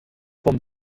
vom